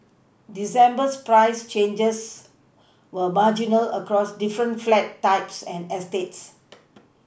December's price changes were marginal across different flat types and eStates